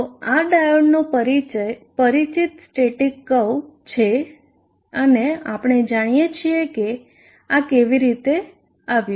તો આ ડાયોડનો પરિચિત સ્ટેટીક કર્વ છે અને આપણે જાણીએ છીએ કે આ કેવી રીતે આવ્યું